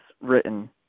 written